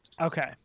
Okay